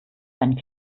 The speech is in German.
einen